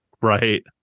right